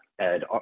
Ed